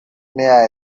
may